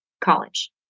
college